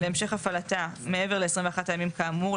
להמשך הפעלתה מעבר ל-21 הימים כאמור,